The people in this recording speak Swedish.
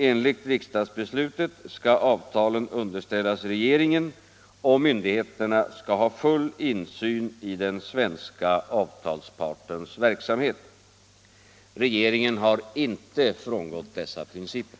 Enligt riksdagsbeslutet skall avtalet underställas regeringen, och myndigheterna skall ha full insyn i den svenska avtalspartens verksamhet. Regeringen har inte frångått dessa principer.